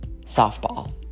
softball